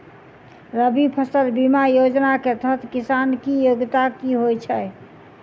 रबी फसल बीमा योजना केँ तहत किसान की योग्यता की होइ छै?